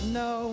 no